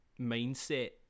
mindset